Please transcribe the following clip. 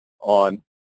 on